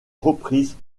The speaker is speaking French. reprises